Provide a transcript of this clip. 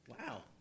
Wow